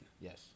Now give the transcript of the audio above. Yes